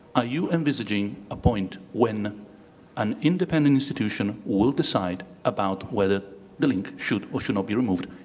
are you envisioning a point when an independent institution will decide about whether the link should or should not be removed,